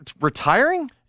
retiring